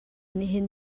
nihin